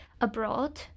abroad